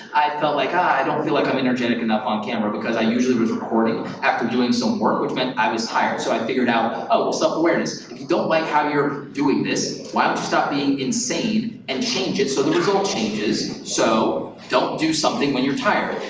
i felt like, ah, i don't feel like i'm energetic enough on-camera, because i usually was recording after doing some work, which meant i was tired. so i figured out, oh, self-awareness. if you don't like how you're doing this, why don't you stop being insane and change it so the result changes, so don't do something when you're tired.